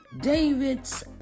David's